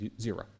zero